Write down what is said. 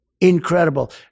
incredible